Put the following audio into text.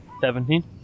Seventeen